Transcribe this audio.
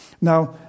Now